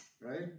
Right